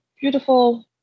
beautiful